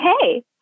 hey